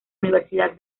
universidad